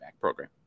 program